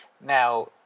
Now